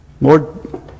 Lord